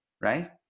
right